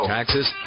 Taxes